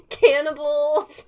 cannibals